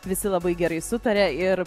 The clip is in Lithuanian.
visi labai gerai sutaria ir